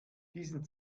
diesen